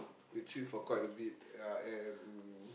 we chilled for quite a bit ya and